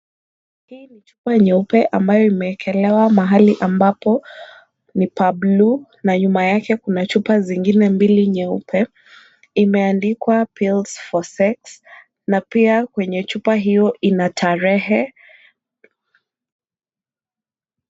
Hii ni chupa nyeupe ambayo imewekelewa mahali ambapo ni pa blue na nyuma yake kuna chupa zingine mbili nyeupe imeandikwa pills for sex na pia kwenye chupa hiyo ina tarehe.